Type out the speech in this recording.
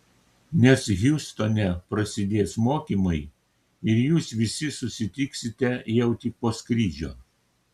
nes hjustone prasidės mokymai ir jūs visi susitiksite jau tik po skrydžio